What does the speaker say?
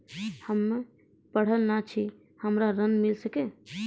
हम्मे पढ़ल न छी हमरा ऋण मिल सकत?